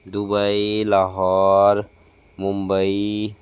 Dubai Lahore Mumbai